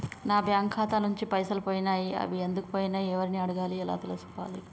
నా బ్యాంకు ఖాతా నుంచి పైసలు పోయినయ్ అవి ఎందుకు పోయినయ్ ఎవరిని అడగాలి ఎలా తెలుసుకోవాలి?